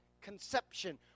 conception